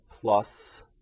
plus